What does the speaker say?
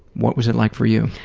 what was it like for you?